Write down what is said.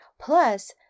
plus